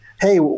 Hey